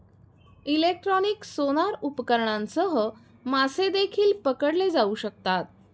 electronic sonar उपकरणांसह मासे देखील पकडले जाऊ शकतात